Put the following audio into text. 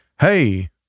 hey